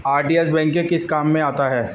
RTGS bank के किस काम में आता है?